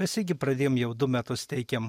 mes irgi pradėjom jau du metus teikiam